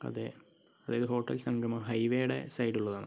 അതെ പേര് ഹോട്ടല് സംഗമം ഹൈ വേയുടെ സൈഡിലുള്ളതാണ്